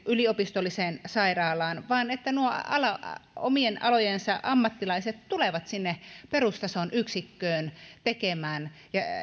yliopistolliseen sairaalaan vaan että nuo omien alojensa ammattilaiset tulevat sinne perustason yksikköön tekemään